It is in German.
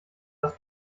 das